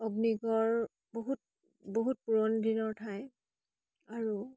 অগ্নিগড় বহুত বহুত পুৰণ দিনৰ ঠাই আৰু